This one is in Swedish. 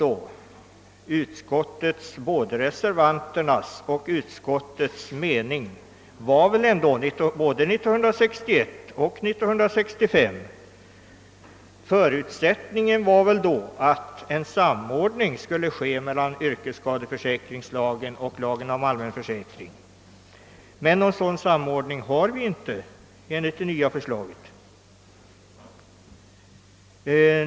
Förutsättningen för både reservanternas och utskottsmajoritetens ställningstaganden år 1961 liksom år 1965 var väl ändå att en samordning skulle ske mellan yrkesskadeförsäkringslagen och lagen om allmän försäkring, men någon sådan samordning har vi inte enligt det nya förslaget.